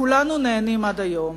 כולנו נהנים עד היום.